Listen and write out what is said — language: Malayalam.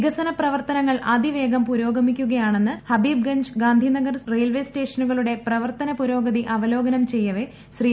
വികസന പ്രവർത്തനങ്ങൾ അതിവേഗം പുരോഗമിക്കുകയാണെന്ന് ഹബീബ്ഗഞ്ച് ഗാന്ധിനഗർ റെയിൽവേ സ്റ്റേഷനുകളുടെ പ്രവർത്തന പുരോഗതി അവലോകനം ചെയ്യവെ ശ്രീ